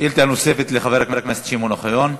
שאלה נוספת לחבר הכנסת שמעון אוחיון.